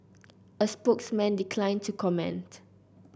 a spokesman declined to comment